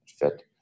fit